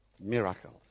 miracles